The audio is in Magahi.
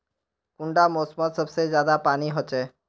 कुंडा मोसमोत सबसे ज्यादा पानी होचे?